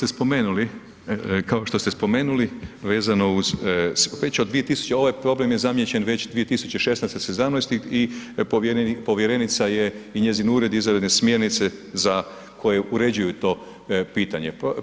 Evo, kao što ste spomenuli vezano uz, već od 2000., ovaj problem je zamijećen već 2016., '17., i povjerenica je i njezin ured izradio jedne smjernice za koje uređuju to pitanje.